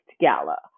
Gala